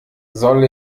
soll